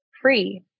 free